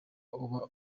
uba